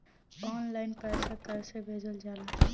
Online पैसा कैसे भेजल जाला?